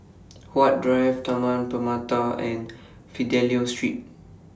Huat Drive Taman Permata and Fidelio Street